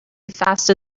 faster